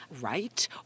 right